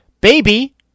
baby